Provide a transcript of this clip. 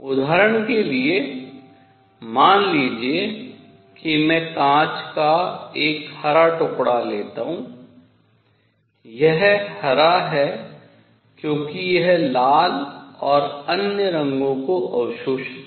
उदाहरण के लिए मान लीजिए कि मैं कांच का एक हरा टुकड़ा लेता हूँ यह हरा है क्योंकि यह लाल और अन्य रंगों को अवशोषित करता है